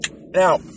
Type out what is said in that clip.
Now